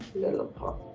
little pop.